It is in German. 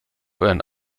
euren